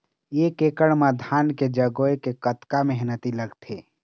एक एकड़ म धान के जगोए के कतका मेहनती लगथे?